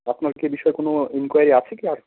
আপনার কি এ বিষয়ে কোনো এনকোয়ারি আছে কি আর